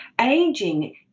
Aging